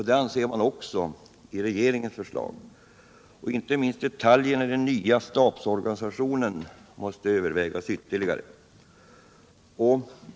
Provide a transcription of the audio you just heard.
Detta förutsätts också ske enligt regeringsförslaget. Inte minst detaljerna i den nya stabsorganisationen måste övervägas ytterligare.